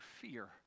fear